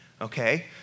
okay